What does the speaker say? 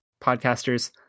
podcasters